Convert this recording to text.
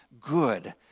good